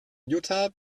jutta